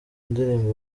ndirimbo